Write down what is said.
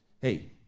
hey